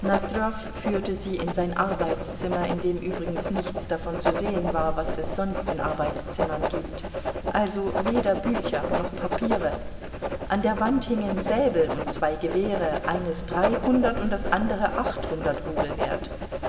führte sie in sein arbeitszimmer in dem übrigens nichts davon zu sehen war was es sonst in arbeitszimmern gibt also weder bücher noch papiere an der wand hingen säbel und zwei gewehre eines dreihundert und das andere achthundert rubel wert